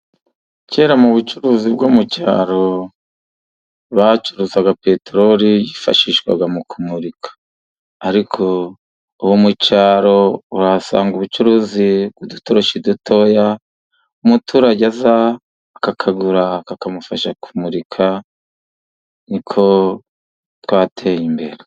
Kera mu bucuruzi bwo mu cyaro bacuruzaga peterori, yifashishwaga mu kumurika. Ariko ubu mu cyaro uhasanga ubucuruzi bw'udutoroshi dutoya, umuturage aza akakagura kakamufasha kumurika, niko twateye imbere.